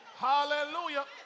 Hallelujah